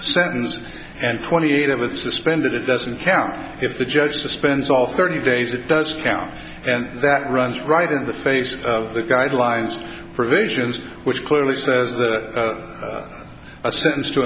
sentence and twenty eight of it's suspended it doesn't count if the judge suspends all thirty days that does count and that runs right in the face of the guidelines provisions which clearly says that a sen